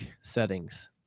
settings